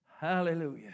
Hallelujah